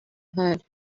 had